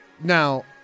Now